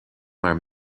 maar